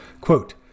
Quote